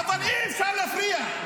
להפך --- אבל אי-אפשר להפריע.